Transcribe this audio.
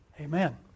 Amen